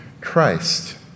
Christ